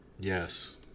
Yes